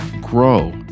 grow